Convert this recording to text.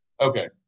Okay